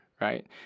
Right